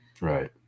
Right